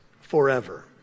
forever